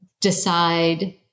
decide